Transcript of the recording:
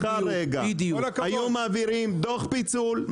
היו מעבירים דו"ח פיצול,